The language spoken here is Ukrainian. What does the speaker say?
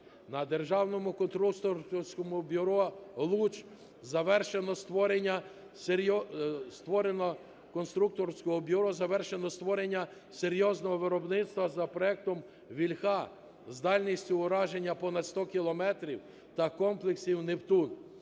створено…. конструкторського бюро завершено створення серйозного виробництва за проектом "Вільха" з дальністю ураження понад 100 кілометрів та комплексів "Нептун".